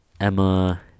emma